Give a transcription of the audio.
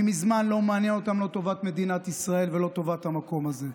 מזמן לא מעניין אותם לא טובת מדינת ישראל ולא טובת המקום הזה,